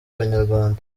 abanyarwanda